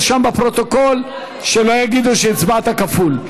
אם כן, נרשם בפרוטוקול, שלא יגידו שהצבעת כפול.